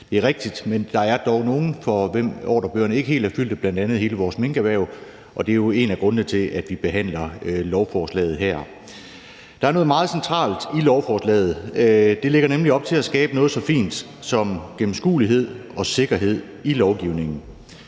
Det er rigtigt, men der er dog nogle, for hvem ordrebøgerne ikke helt er fyldte, bl.a. hele vores minkerhverv, og det er jo en af grundene til, at vi behandler lovforslaget her. Der er noget meget centralt i lovforslaget, for det lægger nemlig op til at skabe noget så fint som gennemskuelighed og sikkerhed i lovgivningen.